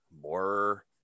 more